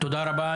תודה רבה.